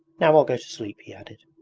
now i'll go to sleep he added.